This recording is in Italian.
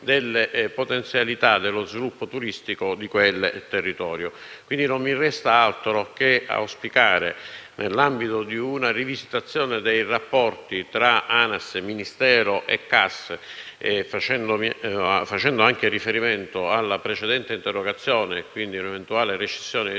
delle potenzialità dello sviluppo turistico di quel territorio. Non mi resta altro che auspicare, nell'ambito di una rivisitazione dei rapporti tra ANAS, Ministero e CAS, facendo anche riferimento alla precedente interrogazione e, quindi, a un'eventuale rescissione di